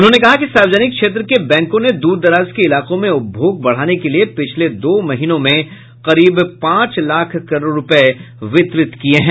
उन्होंने कहा कि सार्वजनिक क्षेत्र के बैंकों ने दूर दराज के इलाकों में उपभोग बढ़ाने के लिए पिछले दो महीनों में करीब पांच लाख करोड़ रुपए वितरित किए हैं